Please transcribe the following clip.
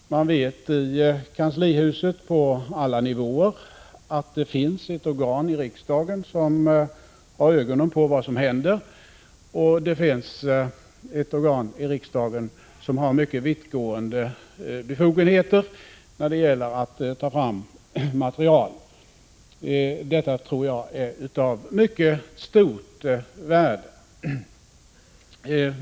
Man vet i kanslihuset på alla nivåer att det finns ett organ i riksdagen som har ögonen på vad som händer och att det finns ett organ i riksdagen som har mycket vittgående befogenheter när det gäller att ta fram material. Detta tror jag är av mycket stort värde.